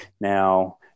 Now